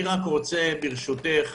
אני רוצה, ברשותך,